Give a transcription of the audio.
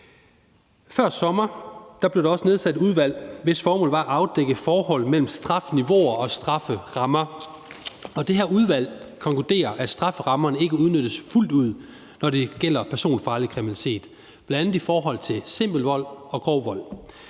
Før sommeren blev der også nedsat et udvalg, hvis formål var at afdække forholdet mellem strafniveauer og strafferammer, og det her udvalg konkluderer, at strafferammerne ikke udnyttes fuldt ud, når det gælder personfarlig kriminalitet, bl.a. i forhold til simpel vold og grov vold.